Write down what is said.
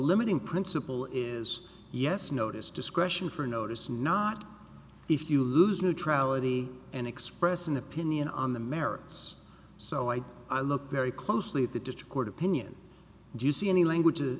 limiting principle is yes notice discretion for notice not if you lose neutrality and express an opinion on the merits so i i look very closely at the district court opinion do you see any languages